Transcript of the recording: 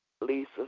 Lisa